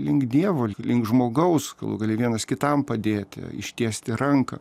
link dievo link žmogaus galų gale vienas kitam padėti ištiesti ranką